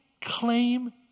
claim